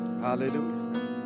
Hallelujah